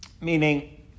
meaning